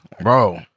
bro